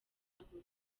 gospel